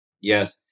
Yes